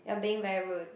you're being very rude